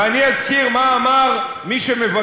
שמנו